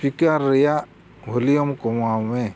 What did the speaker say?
speaker ᱨᱮᱭᱟᱜ volume ᱠᱚᱢᱟᱣ ᱢᱮ